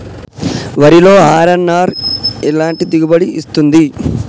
వరిలో అర్.ఎన్.ఆర్ ఎలాంటి దిగుబడి ఇస్తుంది?